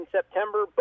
September